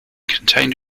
contained